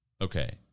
Okay